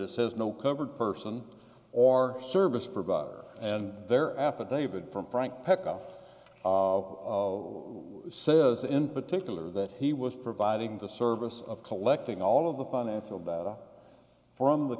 it says no covered person or service provider and there affidavit from frank peca says in particular that he was providing the service of collecting all of the financial data from the